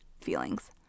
feelings